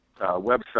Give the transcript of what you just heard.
website